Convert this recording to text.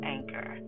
Anchor